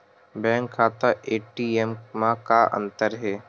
Bank खाता ATM मा का अंतर हे?